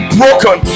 broken